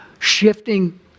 shifting